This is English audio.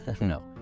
no